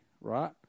right